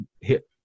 hit